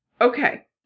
okay